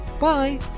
bye